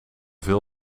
veel